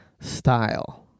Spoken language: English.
style